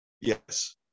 Yes